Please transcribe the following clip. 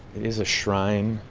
is a shrine,